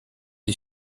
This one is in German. die